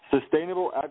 Sustainable